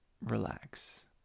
relax